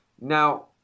Now